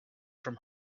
from